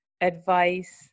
advice